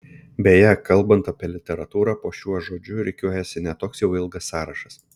beje kalbant apie literatūrą po šiuo žodžiu rikiuojasi ne toks jau ilgas sąrašas